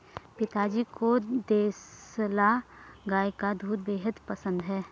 पिताजी को देसला गाय का दूध बेहद पसंद है